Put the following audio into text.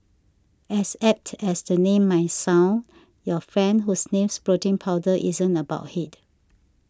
as apt as the name might sound your friend who sniffs protein powder isn't a bulkhead